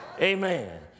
amen